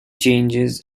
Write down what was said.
changes